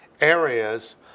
areas